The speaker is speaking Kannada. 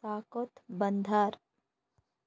ಸಾಕೋತ್ ಬಂದಾರ್